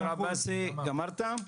ד"ר עבאסי, סיימת?